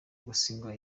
gasigwa